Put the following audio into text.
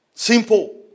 simple